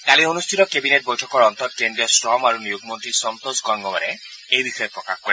কালি অনুষ্ঠিত কেবিনেট বৈঠকৰ অন্তত কেন্দ্ৰীয় শ্ৰম আৰু নিয়োগ মন্ত্ৰী সন্তোষ গংগোৱাৰে এই বিষয়ে প্ৰকাশ কৰে